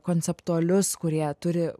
konceptualius kurie turi